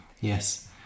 Yes